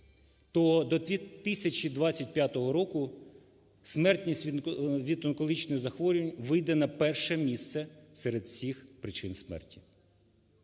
то до 2025 року смертність від онкологічних захворювань вийде на перше місце серед всіх причин смерті.